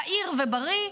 צעיר ובריא,